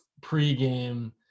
pregame